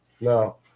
No